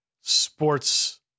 sports